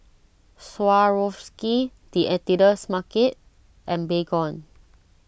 Swarovski the Editor's Market and Baygon